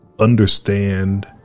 understand